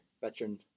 veteran